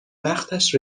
وقتش